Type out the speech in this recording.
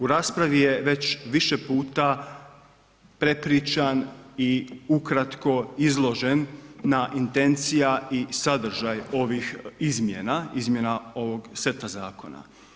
U raspravi je već više puta prepričan i ukratko izložen na intencija i sadržaj ovih izmjena, izmjena ovog seta zakona.